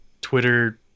Twitter